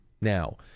now